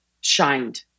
shined